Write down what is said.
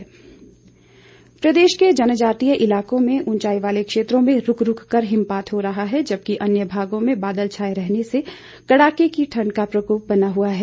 मौसम प्रदेश के जनजातीय इलाकों में ऊंचाई वाले क्षेत्रों में रूक रूक कर हिमपात हो रहा है जबकि अन्य भागों में बादल छाए रहने से कड़ाके की ठण्ड का प्रकोप बना हुआ है